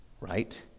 right